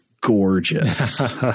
gorgeous